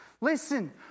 Listen